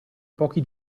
pochi